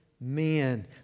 men